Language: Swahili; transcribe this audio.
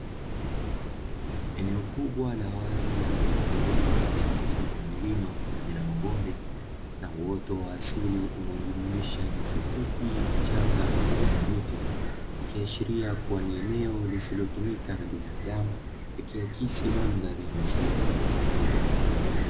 Eneo kubwa la wazi lililozungukwa na safu za milima pamoja na mabonde, na uoto wa asili unaojumuisha nyasi fupi, vichaka pamoja na miti, ikiashiria kuwa ni eneo lisilotumika na binadamu, ilihakisi mandhari ya misitu.